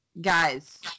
guys